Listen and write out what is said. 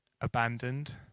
abandoned